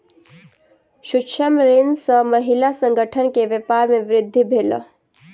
सूक्ष्म ऋण सॅ महिला संगठन के व्यापार में वृद्धि भेल